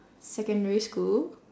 secondary school